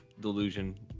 delusion